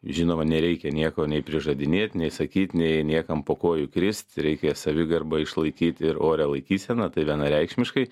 žinoma nereikia nieko nei prižadinėt nei sakyt nei niekam po kojų kristi reikės savigarbą išlaikyt ir orią laikyseną tai vienareikšmiškai